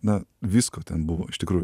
na visko ten buvo iš tikrųjų